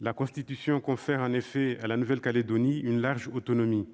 la Constitution confère à la Nouvelle-Calédonie une large autonomie.